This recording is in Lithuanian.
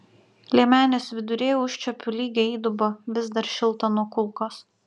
liemenės viduryje užčiuopiu lygią įdubą vis dar šiltą nuo kulkos